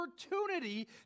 opportunity